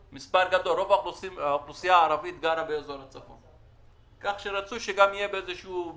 רוב האוכלוסייה הערבית גרה באזור הצפון כך שרצוי שיהיה גם בסח'נין,